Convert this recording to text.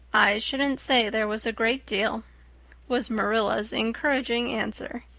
i shouldn't say there was a great deal was marilla's encouraging answer.